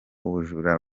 ubujura